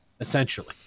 Essentially